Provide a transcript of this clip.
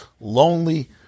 lonely